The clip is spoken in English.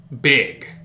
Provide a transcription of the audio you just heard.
big